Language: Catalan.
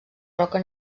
roca